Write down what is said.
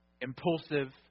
impulsive